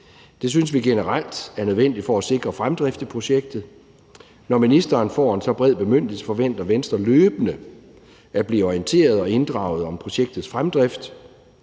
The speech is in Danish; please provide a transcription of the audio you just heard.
Det synes vi generelt er nødvendigt for at sikre fremdrift i projektet. Når ministeren får en så bred bemyndigelse, forventer Venstre løbende at blive orienteret om og inddraget i projektets fremdrift,